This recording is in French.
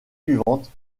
suivantes